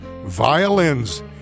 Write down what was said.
Violins